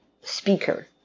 speaker